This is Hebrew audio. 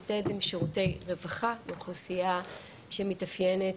"יתד" הם שירותי רווחה לאוכלוסייה שמתאפיינת